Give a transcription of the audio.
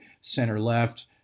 center-left